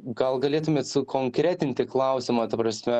gal galėtumėt sukonkretinti klausimą ta prasme